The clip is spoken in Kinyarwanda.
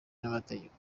n’amategeko